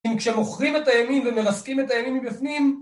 כשמוכרים את הימין ומרסקים את הימין מבפנים